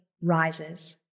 rises